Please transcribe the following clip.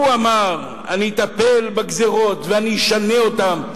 הוא אמר: אני אטפל בגזירות ואני אשנה אותן.